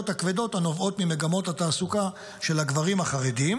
הכבדות הנובעות ממגמות התעסוקה של הגברים החרדים,